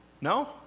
No